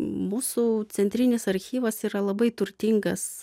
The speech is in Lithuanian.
mūsų centrinis archyvas yra labai turtingas